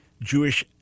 Jewish